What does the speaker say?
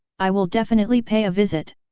i will definitely pay a visit!